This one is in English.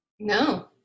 No